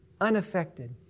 unaffected